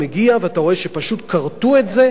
ואתה רואה שפשוט כרתו את זה וזהו.